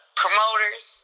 promoters